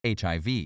HIV